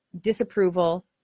disapproval